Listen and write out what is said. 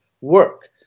work